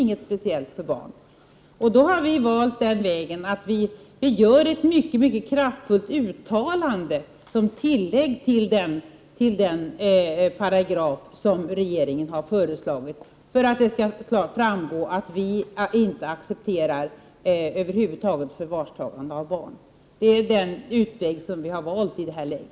Vi har mot den bakgrunden valt att göra ett mycket kraftfullt uttalande som tillägg till regeringens förslag till paragraf, för att det klart skall framgå att vi över huvud taget inte accepterar förvarstagande av barn. Det är den utväg som vi i detta läge har valt.